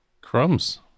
Crumbs